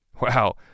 Wow